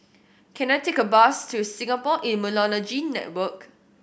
can I take a bus to Singapore Immunology Network